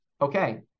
okay